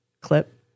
Clip